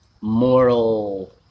moral